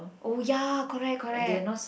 oh ya correct correct